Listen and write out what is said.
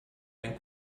ein